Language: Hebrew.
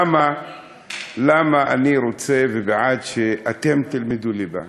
למה אני רוצה ובעד שאתם תלמדו ליבה?